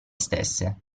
stesse